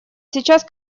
сейчас